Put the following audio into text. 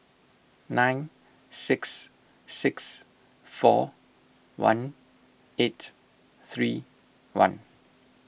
nine six six four one eight three one